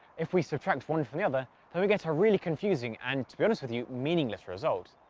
if we subtract one from the other then we get a really confusing, and to be honest with you meaningless, result.